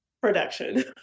production